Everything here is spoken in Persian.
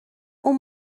اون